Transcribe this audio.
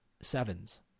sevens